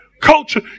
Culture